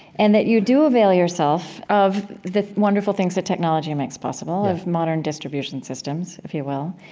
and that you do avail yourself of the wonderful things that technology makes possible, of modern distribution systems, if you will.